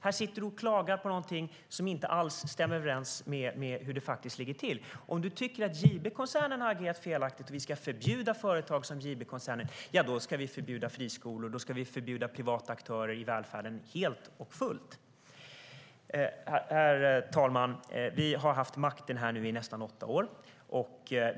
Här sitter du och klagar på någonting som inte alls stämmer överens med hur det faktiskt ligger till. Om du tycker att JB-koncernen har agerat felaktigt och att vi ska förbjuda företag som detta ska vi också förbjuda friskolor och privata aktörer i välfärden helt och fullt. Herr talman! Vi har haft makten i nästan åtta år.